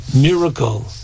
miracle